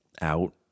out